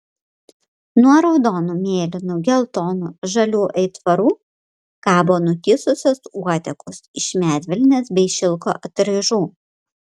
nuo raudonų mėlynų geltonų žalių aitvarų kabo nutįsusios uodegos iš medvilnės bei šilko atraižų